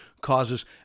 causes